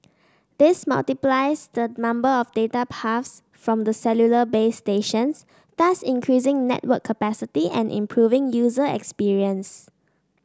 this multiplies the number of data paths from the cellular base stations thus increasing network capacity and improving user experience